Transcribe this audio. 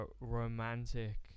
Romantic